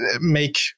make